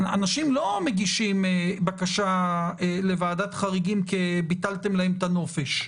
אנשים לא מגישים בקשה לוועדת חריגים כי ביטלתם להם את הנופש.